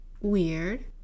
weird